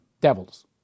devils